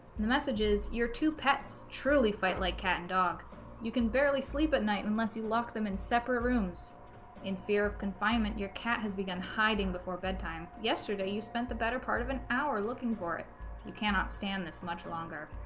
the message is your two pets truly fight like cat and dog you can barely sleep at night unless you lock them in separate rooms in fear of confinement your cat has begun hiding before bedtime yesterday you spent the better part of an hour looking for it you cannot stand this much longer